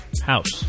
House